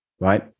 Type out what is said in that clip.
Right